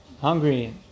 hungry